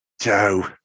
Joe